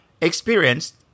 experienced